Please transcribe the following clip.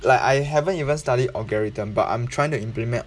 like I haven't even studied algorithm but I'm trying to implement